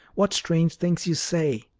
what strange things you say!